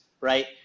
right